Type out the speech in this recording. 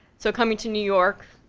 so coming to new york,